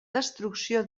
destrucció